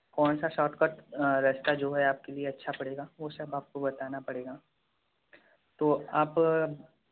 कौन सा शॉर्टकट रास्ता जो है आपके लिए अच्छा पड़ेगा वो सब आपको बताना पड़ेगा तो आप